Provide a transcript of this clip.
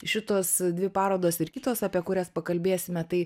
šitos dvi parodos ir kitos apie kurias pakalbėsime tai